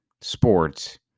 sports